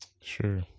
Sure